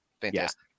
Fantastic